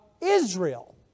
Israel